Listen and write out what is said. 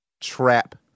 Trap